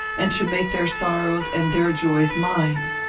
and to make their sorrows and their joys mine?